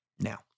Now